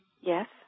Yes